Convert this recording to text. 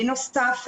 בנוסף,